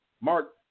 Mark